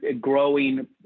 growing